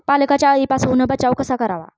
पालकचा अळीपासून बचाव कसा करावा?